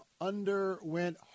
underwent